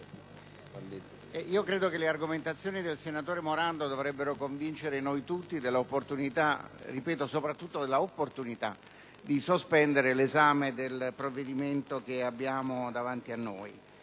credo che le argomentazioni del senatore Morando dovrebbero convincere noi tutti dell'opportunità (ripeto: soprattutto dell'opportunità) di sospendere l'esame del provvedimento che abbiamo davanti. È fin